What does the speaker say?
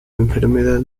enfermedad